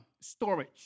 storage